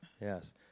Yes